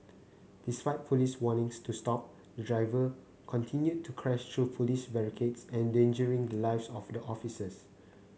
despite Police warnings to stop the driver continued to crash through Police barricades endangering the lives of the officers